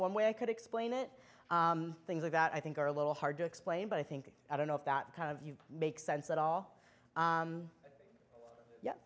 one way i could explain it things like that i think are a little hard to explain but i think i don't know if that kind of makes sense at all